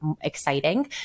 exciting